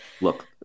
look